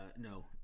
no